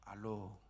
hello